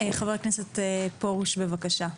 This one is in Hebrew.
ח"כ פרוש בבקשה.